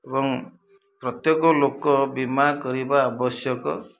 ଏବଂ ପ୍ରତ୍ୟେକ ଲୋକ ବୀମା କରିବା ଆବଶ୍ୟକ